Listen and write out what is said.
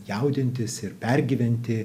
jaudintis ir pergyventi